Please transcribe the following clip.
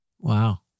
Wow